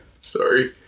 sorry